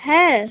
হ্যাঁ